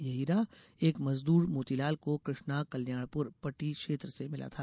यह हीरा एक मजदूर मोतीलाल को कृष्णा कल्याणपुर पटी क्षेत्र से मिला था